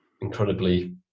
incredibly